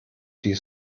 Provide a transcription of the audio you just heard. die